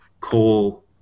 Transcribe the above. coal